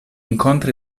incontra